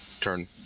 turn